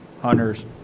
hunter's